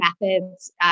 methods